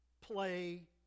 play